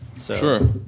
Sure